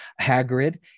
Hagrid